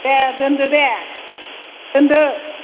दे दोन्दो दे दोन्दो